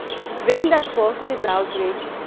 the strain, that caused this outbreak,